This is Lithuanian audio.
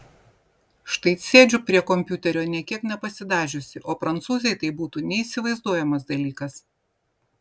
štai sėdžiu prie kompiuterio nė kiek nepasidažiusi o prancūzei tai būtų neįsivaizduojamas dalykas